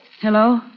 Hello